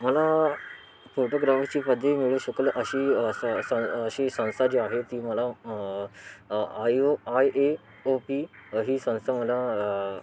मला फोटोग्रामसची पदवी मिळू शकल अशी असं असं अशी संस्था जी आहे ती मला आयू आय ए ओ पी ही संस्था मला